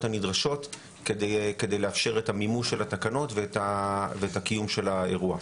הנדרשות כדי לאפשר את המימוש של התקנות ואת הקיום של האירוע.